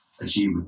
achieve